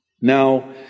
Now